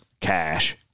cash